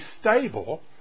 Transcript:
stable